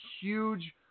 huge